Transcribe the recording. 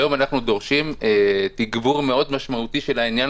היום אנחנו דורשים תגבור מאוד משמעותי של העניין